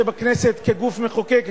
שבכנסת כגוף מחוקק,